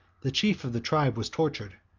the chief of the tribe was tortured,